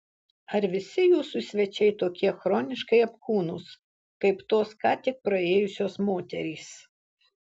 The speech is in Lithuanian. ar visi jūsų svečiai tokie chroniškai apkūnūs kaip tos ką tik praėjusios moterys